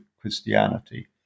Christianity